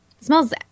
smells